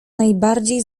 najbardziej